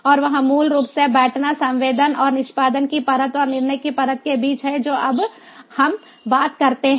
और वह मूल रूप से बैठना संवेदन और निष्पादन की परत और निर्णय की परत के बीच है जो अब हम बात करते हैं